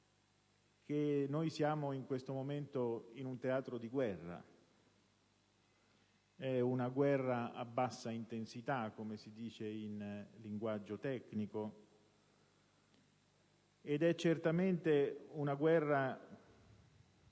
che siamo in questo momento in un teatro di guerra. È una guerra a bassa intensità, come si dice in linguaggio tecnico, ed è certamente una guerra